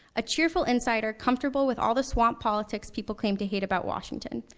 a cheerful insider comfortable with all the swamp politics people claim to hate about washington.